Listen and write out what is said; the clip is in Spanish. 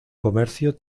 comercio